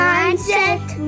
Mindset